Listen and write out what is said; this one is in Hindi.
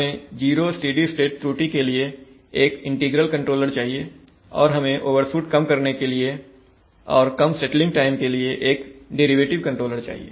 हमें 0 स्टेडी स्टेट त्रुटि के लिए एक इंटीग्रल कंट्रोलर चाहिए और हमें ओवरशूट को कम करने के लिए और कम सेटलिंग टाइम के लिए एक डेरिवेटिव कंट्रोलर चाहिए